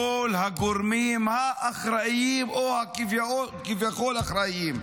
אני קורא לכל הגורמים האחראים, או כביכול אחראים,